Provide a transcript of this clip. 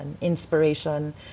inspiration